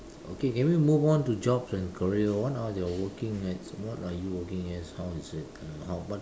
okay can we move on to jobs and career what are your working at what are you working as how is it how what